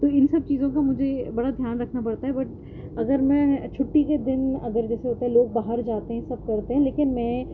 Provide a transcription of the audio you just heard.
تو ان سب چیزوں کا مجھے بڑا دھیان رکھنا پڑتا ہے بٹ اگر میں چھٹی کے دن اگر جیسے ہوتا ہے لوگ باہر جاتے ہیں سب کرتے ہیں لیکن میں